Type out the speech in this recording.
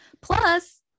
Plus